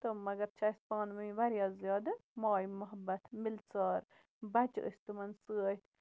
تہٕ مَگر چھُ اَسہِ پانہٕ ؤنۍ واریاہ زیادٕ ماے مُحبت مِلژار بَچہٕ ٲسۍ تِمَن سۭتۍ